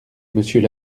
monsieur